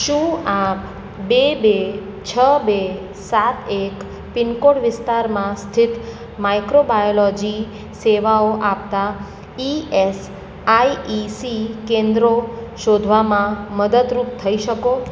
શું આપ બે બે છ બે સાત એક પિનકોડ વિસ્તારમાં સ્થિત માઈક્રોબાયોલોજી સેવાઓ આપતાં E S I E C કેન્દ્રો શોધવામાં મદદરૂપ થઈ શકો